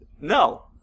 No